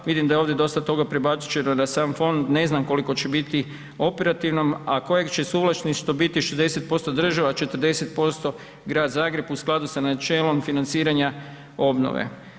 Vidim da je to ovdje dosta toga prebačeno na sam fond, ne znam koliko će biti operativnom, a kojeg će suvlasništvo biti 60%, 40% Grad Zagreb u skladu sa načelom financiranja obnove.